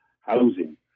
housing